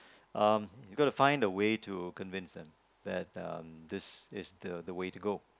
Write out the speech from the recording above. um you gotta find a way to convince them that um this is the the way to go